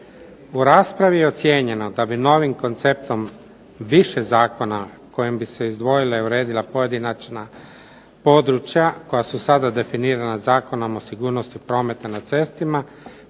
U raspravi je ocijenjeno da bi novim konceptom više zakona kojim bi se izdvojila i uredila pojedinačna područja koja su sada definirana Zakonom o sigurnosti prometa na cestama